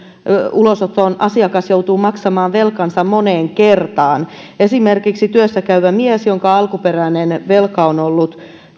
ulosoton asiakas joutuu maksamaan velkansa moneen kertaan esimerkiksi työssä käyvä mies jonka alkuperäinen velka on ollut